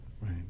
Right